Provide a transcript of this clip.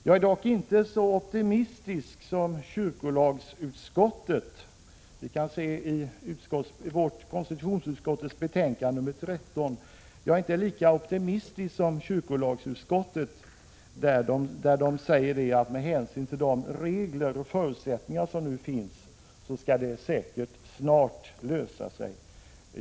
Jag är dock inte så optimistisk som kyrkolagsutskottet — man kan i konstitutionsutskottets betänkande 13 läsa att kyrkolagsutskottet säger att detta, med hänsyn till de regler och förutsättningar som nu finns, säkert snart skall lösa sig.